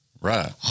Right